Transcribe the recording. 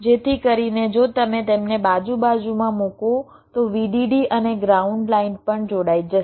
જેથી કરીને જો તમે તેમને બાજુ બાજુમાં મૂકો તો VDD અને ગ્રાઉન્ડ લાઇન પણ જોડાઈ જશે